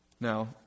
Now